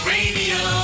Radio